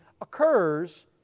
occurs